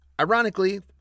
Ironically